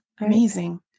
Amazing